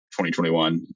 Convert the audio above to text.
2021